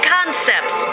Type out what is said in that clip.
Concepts